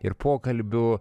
ir pokalbių